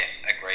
agreed